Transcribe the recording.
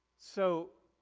so,